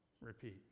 Repeat